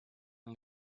and